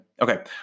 Okay